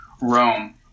Rome